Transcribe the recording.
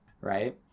right